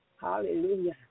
Hallelujah